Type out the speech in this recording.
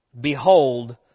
Behold